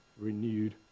renewed